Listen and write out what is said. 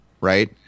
Right